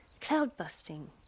cloud-busting